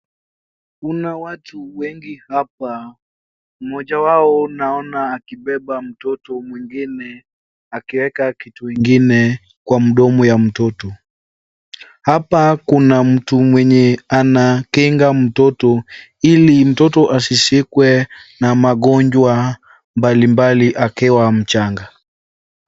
Kuna watu wengi hapa .Mmoja wao naona akibeba mtoto mwingine akieka kitu ingine kwa mdomo ya mtoto, Hapa kuna mtu ambaye anakinga mtoto ili mtoto asishikwe na magonjwa mbalimbali akiwa mchanga.